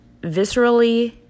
viscerally